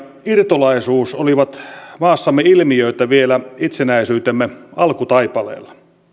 irtolaisuus olivat maassamme ilmiöitä vielä itsenäisyytemme alkutaipaleella niiden